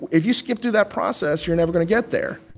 if you skip through that process, you're never going to get there